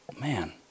man